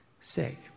sake